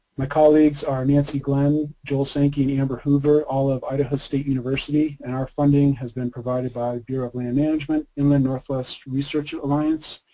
my colleagues are nancy glenn, joel sankey, and amber hoover all of idaho state university, and our funding has been provided by bureau of land management, inland northwest research alliance,